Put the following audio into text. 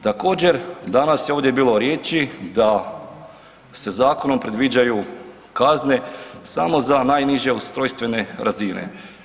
Također danas je ovdje bilo riječi da se zakonom predviđaju kazne samo za najniže ustrojstvene razine.